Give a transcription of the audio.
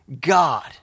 God